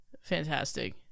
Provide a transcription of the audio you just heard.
fantastic